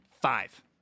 five